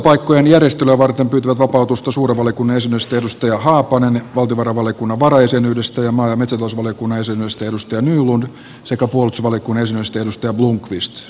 valiokuntapaikkojen järjestelyä varten pyytävät vapautusta suuren valiokunnan jäsenyydestä satu haapanen valtiovarainvaliokunnan varajäsenyydestä ja maa ja metsätalousvaliokunnan jäsenyydestä mats nylund sekä puolustusvaliokunnan jäsenyydestä thomas blomqvist